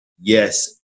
yes